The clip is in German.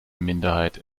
minderheit